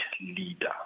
leader